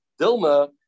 Dilma